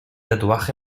tatuaje